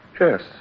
Yes